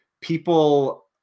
people